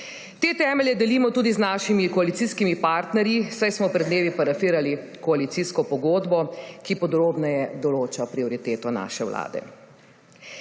Te temelje delimo tudi z našimi koalicijskimi partnerji, saj smo pred dnevi parafirali koalicijsko pogodbo, ki podrobneje določa prioriteto naše vlade.